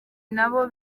nabo